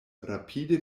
rapide